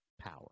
power